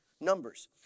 Numbers